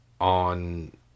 on